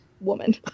woman